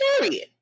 Period